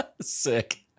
Sick